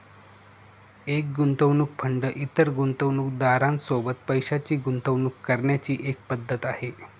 एक गुंतवणूक फंड इतर गुंतवणूकदारां सोबत पैशाची गुंतवणूक करण्याची एक पद्धत आहे